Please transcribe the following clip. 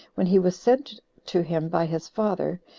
when he was sent to him by his father,